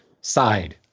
side